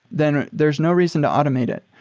then there's no reason to automate it.